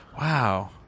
Wow